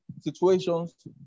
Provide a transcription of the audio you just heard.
situations